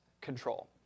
control